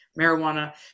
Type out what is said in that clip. marijuana